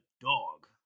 dog